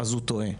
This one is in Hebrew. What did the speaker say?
הוא טועה.